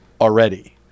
already